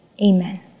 Amen